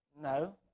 No